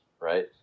right